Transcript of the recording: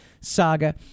saga